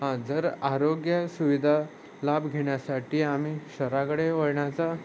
हां जर आरोग्य सुविधा लाभ घेण्यासाठी आम्ही शहराकडे वळण्याचा